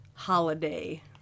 holiday